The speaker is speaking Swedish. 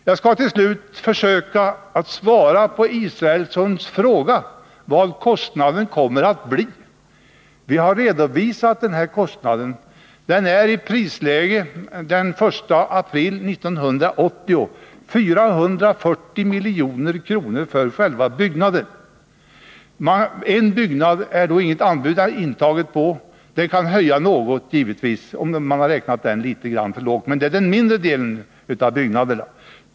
Jag skall till slut försöka svara på Per Israelssons fråga om vad kostnaden kommer att bli. Vi har redovisat den kostnaden, och i prisläget den 1 april 1980 är den 440 milj.kr. för själva byggnaderna. På en byggnad är inget anbud taget, och där kan givetvis kostnaden öka något, om man har räknat litet för lågt. Men det är den mindre delen av byggnaderna.